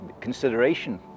consideration